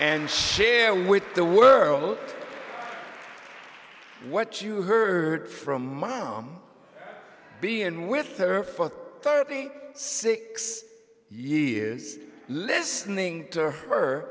and share with the were all what you heard from mom being with her for thirty six years listening to her